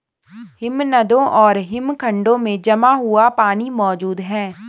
हिमनदों और हिमखंडों में जमा हुआ पानी मौजूद हैं